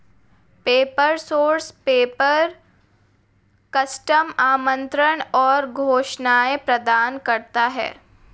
paper source paper, custom आमंत्रण और घोषणाएं प्रदान करता है